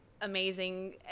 amazing